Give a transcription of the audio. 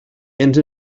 ens